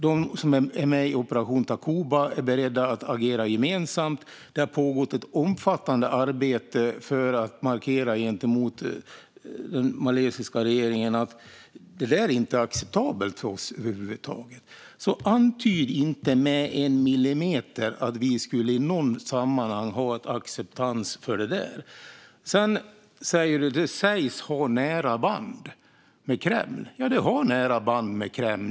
De som är med i Operation Takuba är beredda att agera gemensamt. Det har pågått ett omfattande arbete för att markera gentemot den maliska regeringen att detta inte är acceptabelt för oss. Antyd inte med en millimeter att vi i något sammanhang skulle acceptera detta. Alexandra Anstrell säger att Wagnergruppen sägs ha nära band med Kreml. Ja, den har band med Kreml.